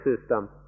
system